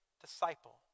disciple